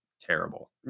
terrible